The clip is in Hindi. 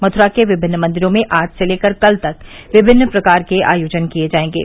मथुरा के विभिन्न मंदिरों में आज से लेकर कल तक विभिन्न प्रकार के आयोजन किए जाएंगे